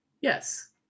Yes